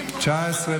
התשפ"ג 2022,